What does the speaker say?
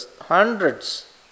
hundreds